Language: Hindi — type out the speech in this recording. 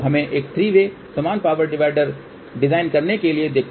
तो हमें एक थ्री वे समान पावर डिवाइडर डिजाइन करने के लिए देखते हैं